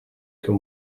can